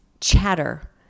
chatter